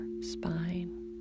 spine